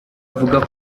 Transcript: avuga